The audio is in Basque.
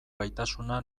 gaitasuna